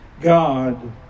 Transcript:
God